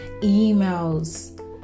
emails